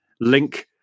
link